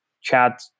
chat